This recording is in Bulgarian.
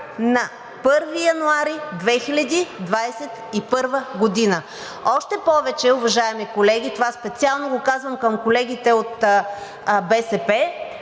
на 1 януари 2021 г.“ Още повече, уважаеми колеги, това специално го казвам към колегите от БСП,